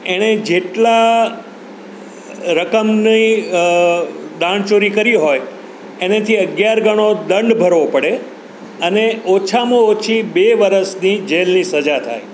એણે જેટલા રકમની દાણચોરી કરી હોય એનાથી અગિયાર ગણો દંડ ભરવો પડે અને ઓછામાં ઓછી બે વરસની જેલની સજા થાય